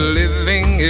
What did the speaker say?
living